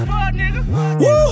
Woo